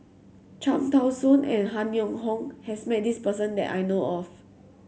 Cham Tao Soon and Han Yong Hong has met this person that I know of